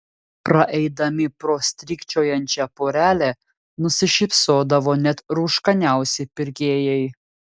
praeidami pro strykčiojančią porelę nusišypsodavo net rūškaniausi pirkėjai